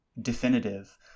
definitive